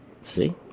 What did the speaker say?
see